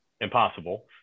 impossible